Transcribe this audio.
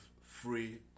free